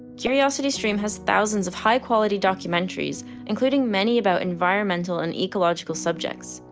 curiosity stream has thousands of high quality documentaries including many about environmental and ecological subjects.